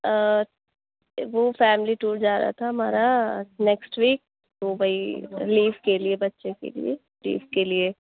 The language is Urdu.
وہ فیملی ٹور جا رہا تھا ہمارا نیکسٹ ویک ممبئی لیو کے لیے بچے کے لیے لیو کے لیے